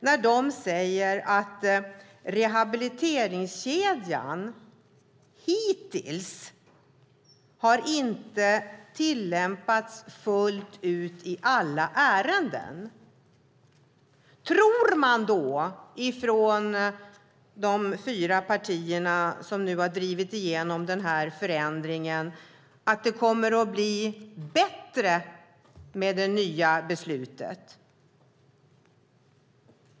IFS säger att rehabiliteringskedjan hittills inte har tillämpats fullt ut i alla ärenden. Tror de fyra partierna som nu har drivit igenom förändringen att det kommer att bli bättre med det nya beslutet?